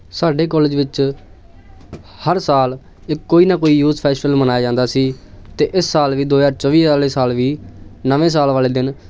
ਸਾਡੇ ਕੋਲਜ ਵਿੱਚ ਹਰ ਸਾਲ ਇਹ ਕੋਈ ਨਾ ਕੋਈ ਯੂਥ ਫੈਸਟੀਵਲ ਮਨਾਇਆ ਜਾਂਦਾ ਸੀ ਅਤੇ ਇਸ ਸਾਲ ਵੀ ਦੋ ਹਜ਼ਾਰ ਚੌਵੀ ਵਾਲੇ ਸਾਲ ਵੀ ਨਵੇਂ ਸਾਲ ਵਾਲੇ ਦਿਨ